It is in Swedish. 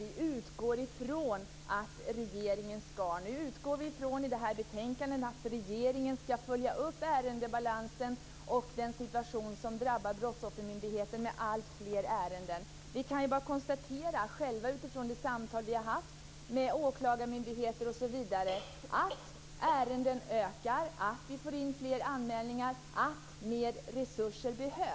Nu utgår vi ifrån i det här betänkandet att regeringen skall följa upp ärendebalansen och situationen för Utifrån de samtal som vi har haft med bl.a. åklagarmyndigheter kan vi konstatera att ärendena ökar. Det kommer in fler anmälningar. Det behövs mer resurser.